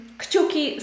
kciuki